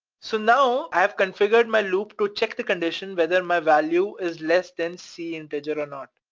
so now, i have configured my loop to check the conditions, whether my value is less than c integer or not.